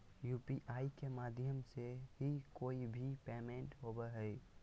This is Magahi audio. यू.पी.आई के माध्यम से ही कोय भी पेमेंट होबय हय